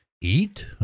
eat